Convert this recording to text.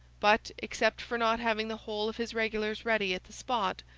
but, except for not having the whole of his regulars ready at the spot,